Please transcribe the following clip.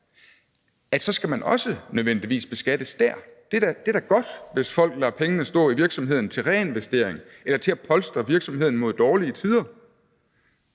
skal man også nødvendigvis beskattes dér. Det er da godt, hvis folk lader pengene stå i virksomheden til reinvestering eller til at polstre virksomheden mod dårlige tider.